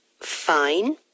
Fine